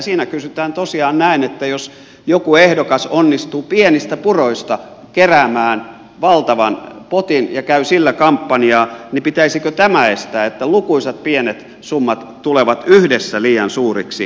siinä kysytään tosiaan näin että jos joku ehdokas onnistuu pienistä puroista keräämään valtavan potin ja käy sillä kampanjaa niin pitäisikö tämä estää että lukuisat pienet summat tulevat yhdessä liian suuriksi